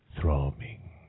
throbbing